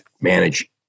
manage